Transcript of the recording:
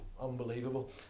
unbelievable